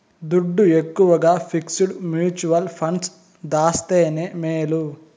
దుడ్డు ఎక్కవగా fixed mutual funds దాస్తేనే మేలు